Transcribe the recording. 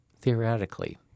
theoretically